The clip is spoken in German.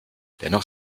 dennoch